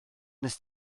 nes